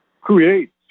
create